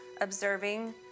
observing